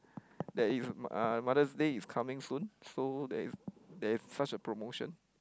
there is uh Mother's-Day is coming soon so there is there is such a promotion